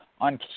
on